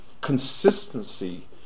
Consistency